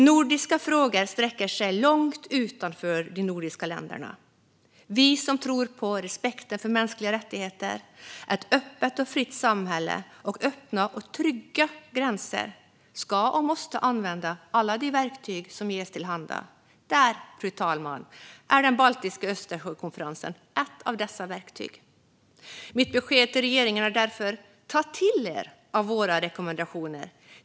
Nordiska frågor sträcker sig långt utanför de nordiska länderna. Vi som tror på respekten för mänskliga rättigheter, ett öppet och fritt samhälle och öppna och trygga gränser ska och måste använda alla de verktyg som finns till hands. Den parlamentariska Östersjökonferensen är ett sådant verktyg, fru talman. Mitt besked till regeringen är därför: Ta till er av våra rekommendationer!